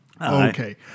Okay